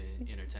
entertain